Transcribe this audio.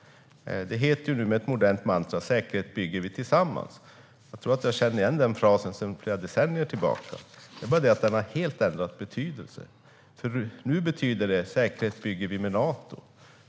Det heter nu med ett modernt mantra: Säkerhet bygger vi tillsammans. Jag tror att jag känner igen den frasen sedan flera decennier; det är bara det att den helt har ändrat betydelse. Nu betyder den: Säkerhet bygger vi med Nato.